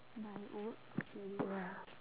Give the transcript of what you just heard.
but I worked to get it lah